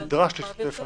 ועכשיו "נדרש להשתתף",